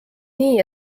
nii